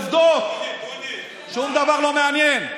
שום דבר לא מעניין.